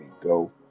go